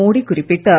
மோடி குறிப்பிட்டார்